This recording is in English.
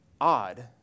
odd